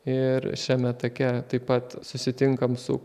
ir šiame take taip pat susitinkam su